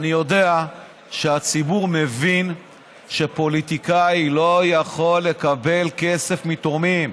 אני יודע שהציבור מבין שפוליטיקאי לא יכול לקבל כסף מתורמים.